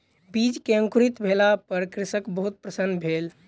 बीज के अंकुरित भेला पर कृषक बहुत प्रसन्न भेल